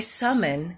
summon